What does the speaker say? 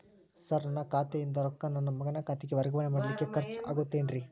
Sir ನನ್ನ ಖಾತೆಯಿಂದ ರೊಕ್ಕ ನನ್ನ ಮಗನ ಖಾತೆಗೆ ವರ್ಗಾವಣೆ ಮಾಡಲಿಕ್ಕೆ ಖರ್ಚ್ ಆಗುತ್ತೇನ್ರಿ?